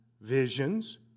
visions